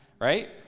right